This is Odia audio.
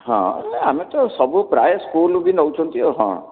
ହଁ ନାଇଁ ଆମେ ତ ସବୁ ପ୍ରାୟ ସ୍କୁଲ୍ ବି ନେଉଛନ୍ତି ଆଉ ହଁ